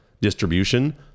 distribution